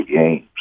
games